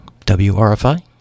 WRFI